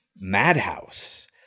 Madhouse